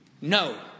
no